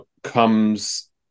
comes